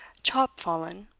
chop-fallen.